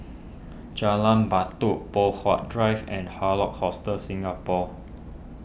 Jalan Batu Poh Huat Drive and Hard Rock Hostel Singapore